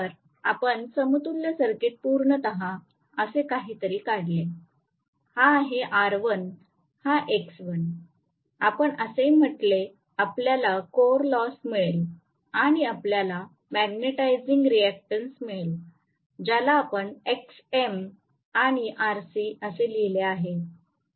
तर आपण समतुल्य सर्किट पूर्णतः असे काहीतरी काढले हा आहे R1 हा X1आपण असेही म्हटले आपल्याला कोअर लॉस मिळेल आणि आपल्याला मॅगेटायझिंग रिएक्टन्स मिळेल ज्याला आपण Xm आणि Rc असे लिहिले आहे